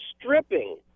stripping